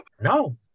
No